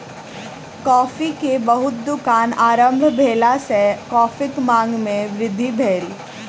coffee के बहुत दुकान आरम्भ भेला सॅ कॉफ़ीक मांग में वृद्धि भेल